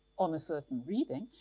on a certain reading,